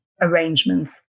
arrangements